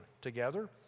Together